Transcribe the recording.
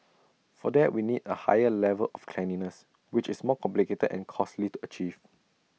for that we need A higher level of cleanliness which is more complicated and costly to achieve